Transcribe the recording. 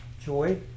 joy